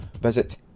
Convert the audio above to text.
visit